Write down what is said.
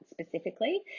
specifically